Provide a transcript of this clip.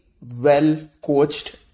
well-coached